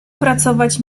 pracować